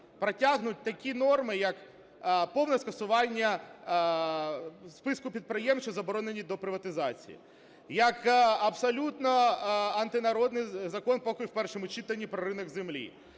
протягнуть такі норми, як повне скасування списку підприємств, що заборонені до приватизації, як абсолютно антинародний закон, поки в першому читанні, про ринок землі,